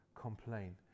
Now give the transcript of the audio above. complain